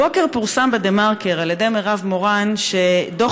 הבוקר פורסם בדה מרקר על ידי מירב מורן שדוח